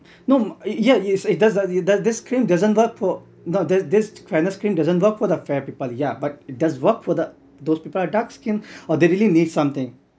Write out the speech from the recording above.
no uh yeah is it does uh it does this cream doesn't work for no the this kind of cream doesn't for the fair people yeah but it does work for the those people who are dark skinned or they really need something